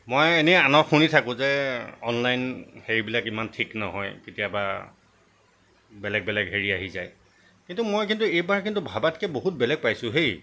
মই এনেই আনক শুনি থাকোঁ যে অনলাইন হেৰিবিলাক ইমান ঠিক নহয় কেতিয়াবা বেলেগ বেলেগ হেৰি আহি যায় কিন্তু মই কিন্তু এইবাৰ কিন্তু ভাবাতকৈ বহুত বেলেগ পাইছোঁ হেই